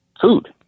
food